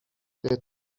بهت